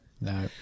No